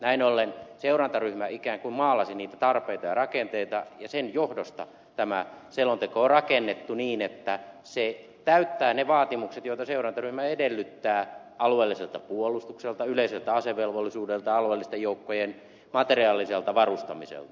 näin ollen seurantaryhmä ikään kuin maalasi niitä tarpeita ja rakenteita ja sen johdosta tämä selonteko on rakennettu niin että se täyttää ne vaatimukset joita seurantaryhmä edellyttää alueelliselta puolustukselta yleiseltä asevelvollisuudelta alueellisten joukkojen materiaaliselta varustamiselta